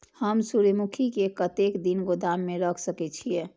हम सूर्यमुखी के कतेक दिन गोदाम में रख सके छिए?